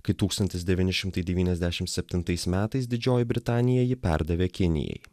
kai tūkstantis devyni šimtai devyniasdešimt septintais metais didžioji britanija jį perdavė kinijai